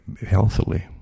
healthily